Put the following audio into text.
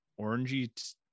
orangey